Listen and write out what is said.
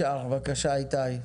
בבקשה איתי.